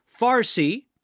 Farsi